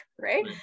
Right